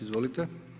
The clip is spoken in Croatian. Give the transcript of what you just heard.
Izvolite.